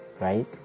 right